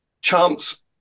chance